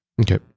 Okay